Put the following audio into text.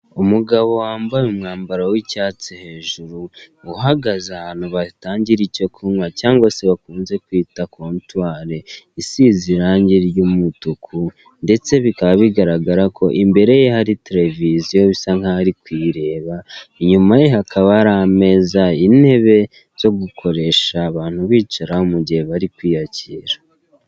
Umugabo wambaye umwambaro w'icyatsi hejuru, uhagaze ahantu batangira icyo kunywa cyangwa se bakunze kwita kontwari, isize irange ry'umutuku, ndetse bikaba bigaragara ko imbere ye hari televiziyo bisa nkaho ari kuyireba, inyuma ye hakaba hari ameza, intebe, zo gukoresha abantu bicara mu igihe bari kwiyakira.